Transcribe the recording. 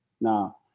Now